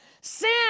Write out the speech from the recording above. Sin